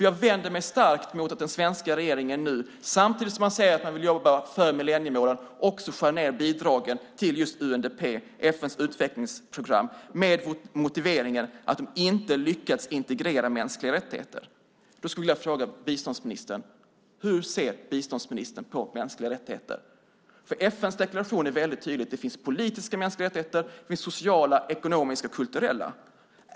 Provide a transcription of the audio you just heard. Jag vänder mig starkt mot att den svenska regeringen nu samtidigt som man säger att man vill jobba för millenniemålen också skär ned bidragen till just UNDP, FN:s utvecklingsprogram, med motiveringen att de inte lyckats integrera mänskliga rättigheter. Då skulle jag vilja fråga biståndsministern: Hur ser biståndsministern på mänskliga rättigheter? FN:s deklaration är väldigt tydlig. Det finns politiska mänskliga rättigheter, det finns sociala, ekonomiska och kulturella.